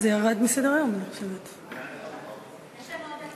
(חלוקת הכנסות ממתחם הגורם למפגעים סביבתיים בין רשויות מקומיות),